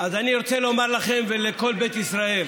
אני רוצה לומר לכם ולכל בית ישראל,